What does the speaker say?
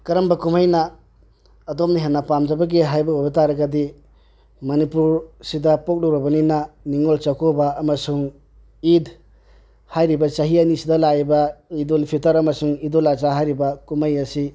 ꯀꯔꯝꯕ ꯀꯨꯝꯍꯩꯅ ꯑꯗꯣꯝꯅ ꯍꯦꯟꯅ ꯄꯥꯝꯖꯕꯒꯦ ꯍꯥꯏꯕ ꯑꯣꯏꯕꯇꯥꯔꯒꯗꯤ ꯃꯅꯤꯄꯨꯔꯁꯤꯗ ꯄꯣꯛꯂꯨꯔꯕꯅꯤꯅ ꯅꯤꯡꯉꯣꯜ ꯆꯥꯛꯀꯧꯕ ꯑꯃꯁꯨꯡ ꯏꯠ ꯍꯥꯏꯔꯤꯕ ꯆꯍꯤ ꯑꯅꯤꯁꯤꯗ ꯂꯥꯛꯏꯕ ꯏꯠꯗꯨꯜ ꯐꯤꯜꯇꯔ ꯑꯃꯁꯨꯡ ꯏꯠꯗꯨꯜ ꯑꯖꯥ ꯍꯥꯏꯔꯤꯕ ꯀꯨꯝꯍꯩ ꯑꯁꯤ